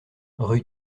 rue